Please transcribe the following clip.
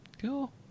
Cool